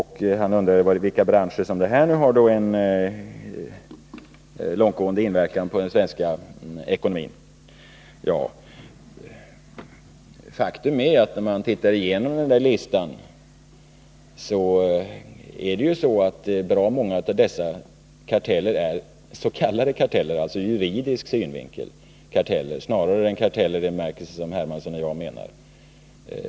Han undrade i vilka branscher detta har en långtgående inverkan på den svenska ekonomin. Faktum är, när man tittar igenom den här listan, att bra många av dessa karteller är s.k. karteller, alltså karteller ur juridisk synvinkel snarare än i den bemärkelse som herr Hermansson och jag syftar på.